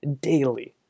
daily